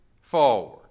forward